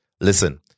listen